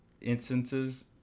instances